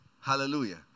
Hallelujah